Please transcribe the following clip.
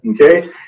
Okay